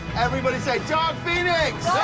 everybody say dark phoenix!